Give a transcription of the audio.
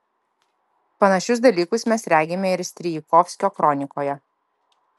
panašius dalykus mes regime ir strijkovskio kronikoje